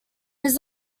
his